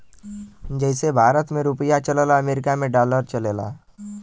जइसे भारत मे रुपिया चलला अमरीका मे डॉलर चलेला